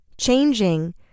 changing